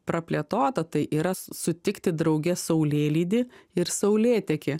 praplėtota tai yra su sutikti drauge saulėlydį ir saulėtekį